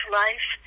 life